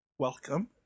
Welcome